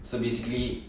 so basically